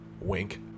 wink